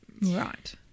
Right